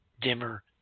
dimmer